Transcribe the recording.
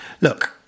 look